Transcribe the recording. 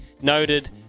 noted